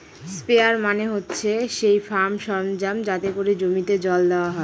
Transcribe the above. sprayer মানে হচ্ছে সেই ফার্ম সরঞ্জাম যাতে করে জমিতে জল দেওয়া হয়